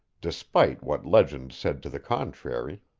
despite what legend said to the contrary.